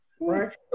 right